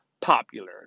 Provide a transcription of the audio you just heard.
popular